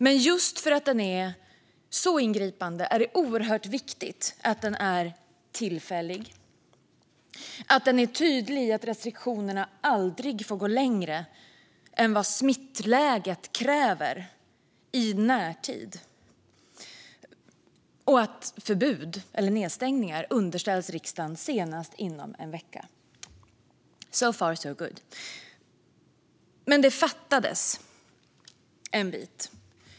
Men just för att den är så ingripande är det oerhört viktigt att den är tillfällig, att den är tydlig med att restriktionerna aldrig får gå längre än vad smittläget kräver i närtid och att förbud eller nedstängningar underställs riksdagen inom en vecka. So far, so good. Men det fattades en bit.